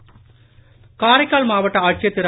காரைக்கால் காரைக்கால் மாவட்ட ஆட்ச்சியர் திரு